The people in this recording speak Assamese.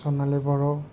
সোণালী বড়ো